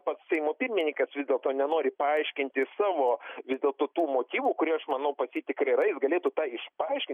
pats seimo pirmininkas vis dėlto nenori paaiškinti savo vis dėlto tų motyvų kurie aš manau pas jį tikrai yra jis galėtų tą iš paaiškint